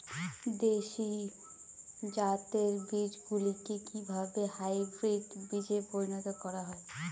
দেশি জাতের বীজগুলিকে কিভাবে হাইব্রিড বীজে পরিণত করা হয়?